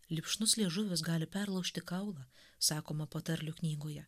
lipšnus liežuvis gali perlaužti kaulą sakoma patarlių knygoje